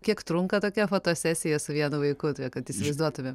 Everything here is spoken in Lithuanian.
kiek trunka tokia fotosesija su vienu vaiku todėl kad įsivaizduotume